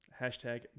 Hashtag